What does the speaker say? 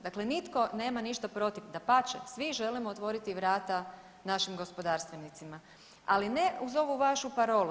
Dakle, nitko nema ništa protiv, dapače svi želimo otvoriti vrata našim gospodarstvenicima, ali ne uz ovu vašu parolu.